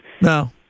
No